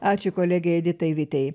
ačiū kolegei editai vitei